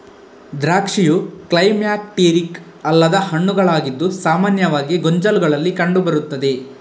ದ್ರಾಕ್ಷಿಯು ಕ್ಲೈಮ್ಯಾಕ್ಟೀರಿಕ್ ಅಲ್ಲದ ಹಣ್ಣುಗಳಾಗಿದ್ದು ಸಾಮಾನ್ಯವಾಗಿ ಗೊಂಚಲುಗಳಲ್ಲಿ ಕಂಡು ಬರುತ್ತದೆ